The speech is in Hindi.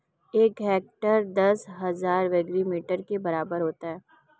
एक हेक्टेयर दस हज़ार वर्ग मीटर के बराबर होता है